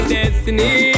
destiny